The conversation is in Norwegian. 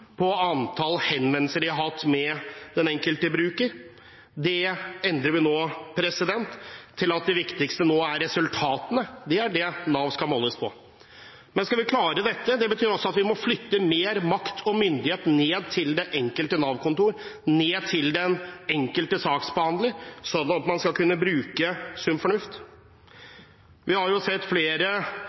antall henvendelser de har hatt med den enkelte bruker. Det endrer vi nå til at det viktigste er resultatene, det er det Nav skal måles på. Men skal vi klare dette, må vi også flytte mer makt og myndighet ned til det enkelte Nav-kontor, ned til den enkelte saksbehandler, sånn at man skal kunne bruke sunn fornuft. Vi har sett flere